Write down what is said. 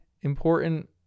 important